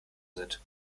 sind